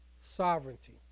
sovereignty